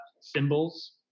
symbols